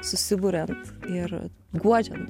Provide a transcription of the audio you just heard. susiburia ir guodžiam